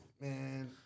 Man